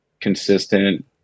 consistent